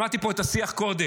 שמעתי פה את השיח קודם,